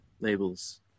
labels